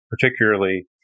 particularly